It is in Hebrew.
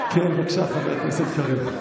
בבקשה, חבר הכנסת קריב.